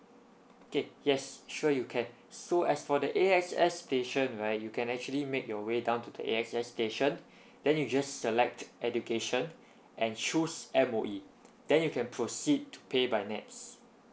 okay yes sure you can so as for the A_X_S station right you can actually make your way down to the A_X_S station then you just select education and choose M_O_E then you can proceed to pay by NETS